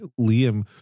Liam